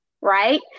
right